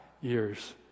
years